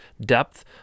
depth